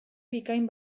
bikain